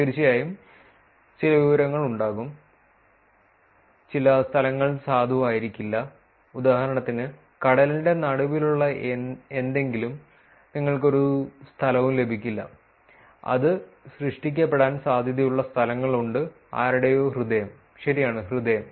തീർച്ചയായും ചില വിവരങ്ങൾ ഉണ്ടാകും ചില സ്ഥലങ്ങൾ സാധുവായിരിക്കില്ല ഉദാഹരണത്തിന് കടലിന്റെ നടുവിലുള്ള എന്തെങ്കിലും നിങ്ങൾക്ക് ഒരു സ്ഥലവും ലഭിക്കില്ല അത് സൃഷ്ടിക്കപ്പെടാൻ സാധ്യതയുള്ള സ്ഥലങ്ങളുണ്ട് ആരുടെയോ ഹൃദയം ശരിയാണ് ഹൃദയം